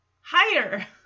higher